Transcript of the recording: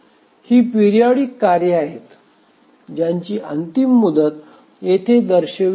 ही periodic कार्ये आहेत ज्यांची अंतिम मुदत येथे दर्शविली आहे